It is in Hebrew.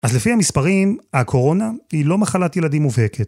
אז לפי המספרים, הקורונה היא לא מחלת ילדים מובהקת.